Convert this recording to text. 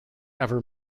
ever